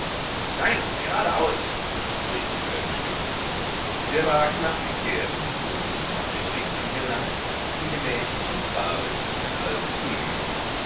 nein geradeaus rief dieselbe stimme der wagen machte kehrt und fuhr nun auf dem ring angelangt in gemächlichem trabe zwischen den alten ulmen hin